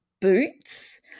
boots